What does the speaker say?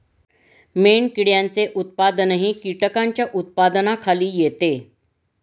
मेणकिड्यांचे उत्पादनही कीटकांच्या उत्पादनाखाली येते